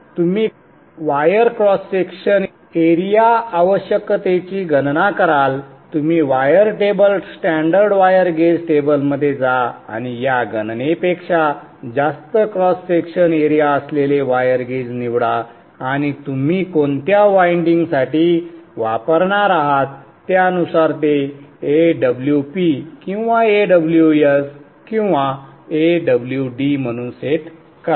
तुम्ही काही wire cross section area आवश्यकतेची गणना कराल तुम्ही wire table standard wire gauge टेबलमध्ये जा आणि या गणनेपेक्षा जास्त क्रॉस सेक्शन एरिया असलेले वायर गेज निवडा आणि तुम्ही कोणत्या वाइंडिंगसाठी वापरणार आहात त्यानुसार ते Awp किंवा Aws किंवा Awd म्हणून सेट करा